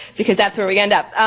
because that's where we end up.